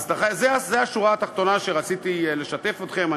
אז זה השורה התחתונה שרציתי לשתף אתכם בה.